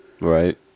right